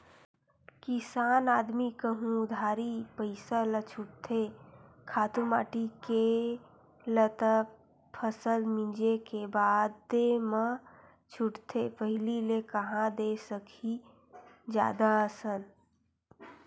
किसान आदमी कहूँ उधारी पइसा ल छूटथे खातू माटी के ल त फसल मिंजे के बादे म छूटथे पहिली ले कांहा दे सकही जादा असन